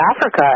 Africa